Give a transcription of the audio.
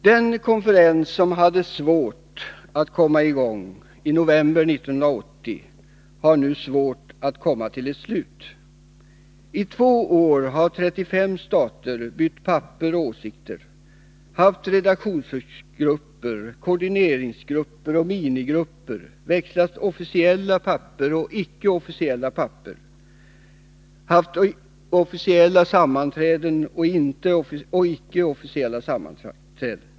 Den konferens som hade svårt att komma i gång i november 1980 har nu svårt att komma till ett slut. I två år har 35 stater bytt papper och åsikter, haft redaktionsgrupper, koordineringsgrupper och minigrupper, växlat officiella papper och icke-officiella papper, haft officiella sammanträden och ickeofficiella sammanträden.